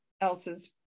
else's